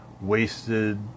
wasted